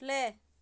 play